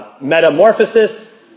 Metamorphosis